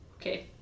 Okay